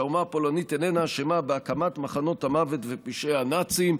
שהאומה הפולנית איננה אשמה בהקמת מחנות המוות ופשעי הנאצים,